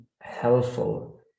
helpful